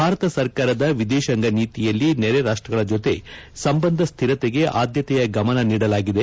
ಭಾರತ ಸರ್ಕಾರದ ವಿದೇಶಾಂಗ ನೀತಿಯಲ್ಲಿ ನೆರೆ ರಾಷ್ಷಗಳ ಜತೆ ಸಂಬಂಧ ಶ್ರಿರತೆಗೆ ಆದ್ಯತೆಯ ಗಮನ ನೀಡಲಾಗಿದೆ